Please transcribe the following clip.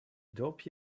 dope